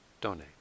donate